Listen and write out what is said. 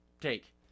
take